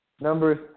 Number